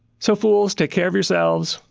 so fools, take care of yourselves,